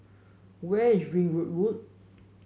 where is Ringwood Road